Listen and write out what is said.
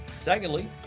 Secondly